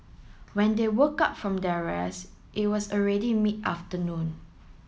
when they woke up from their rest it was already mid afternoon